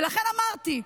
ולכן אמרתי: